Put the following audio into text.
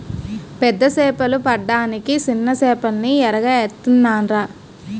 పెద్ద సేపలు పడ్డానికి సిన్న సేపల్ని ఎరగా ఏత్తనాన్రా